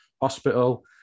hospital